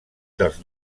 dels